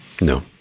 No